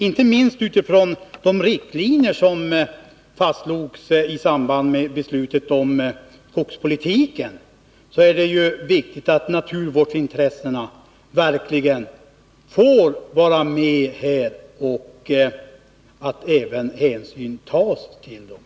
Inte minst med tanke på de riktlinjer som fastslogs i samband med beslutet om skogspolitiken är det viktigt att hänsyn tas till naturvårdsintressena.